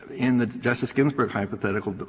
in justice ginsburg's hypothetical, but